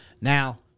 Now